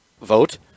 vote